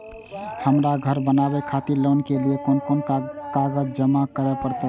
हमरा घर बनावे खातिर लोन के लिए कोन कौन कागज जमा करे परते?